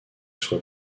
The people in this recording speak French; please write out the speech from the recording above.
soit